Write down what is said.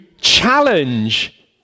challenge